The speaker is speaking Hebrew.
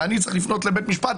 ואני צריך לפנות לבית משפט.